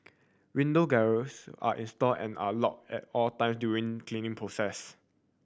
window grilles are installed and are lock at all time during cleaning process